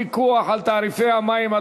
פיקוח על תעריפי מים),